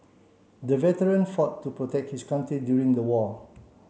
the veteran fought to protect his country during the war